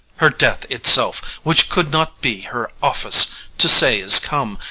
her death itself, which could not be her office to say is come,